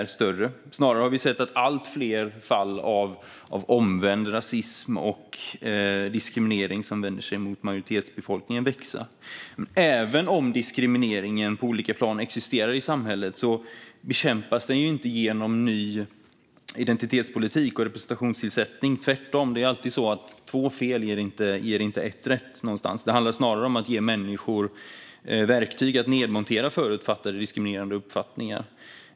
Vi har snarare sett att antalet fall av omvänd rasism och diskriminering som vänder sig mot majoritetsbefolkningen ökar. Även om diskriminering på olika plan existerar i samhället bekämpas den inte genom ny identitetspolitik och representationstillsättning, tvärtom. Två fel ger inte ett rätt. Det handlar snarare om att ge människor verktyg att nedmontera förutfattade diskriminerande uppfattningar.